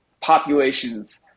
populations